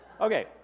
Okay